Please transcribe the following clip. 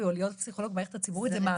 או להיות פסיכולוג במערכת הציבורית זה מעמד.